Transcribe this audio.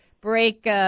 break